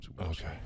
Okay